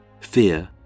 fear